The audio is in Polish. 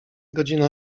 godzina